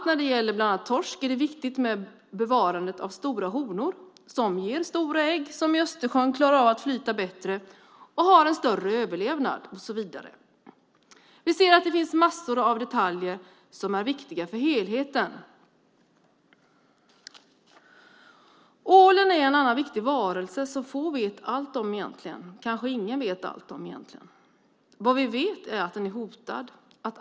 När det gäller bland annat torsk är det viktigt med bevarandet av stora honor som ger stora ägg som i Östersjön klarar av att flyta bättre och har en större överlevnad och så vidare. Vi ser att det finns massor av detaljer som är viktiga för helheten. Ålen är en annan viktig varelse som få vet allt om, eller kanske ingen egentligen vet allt om. Vad vi vet är att den är hotad.